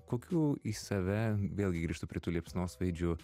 kokių į save vėlgi grįžtu prie tų liepsnosvaidžių